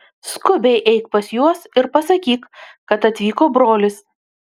skubiai eik pas juos ir pasakyk kad atvyko brolis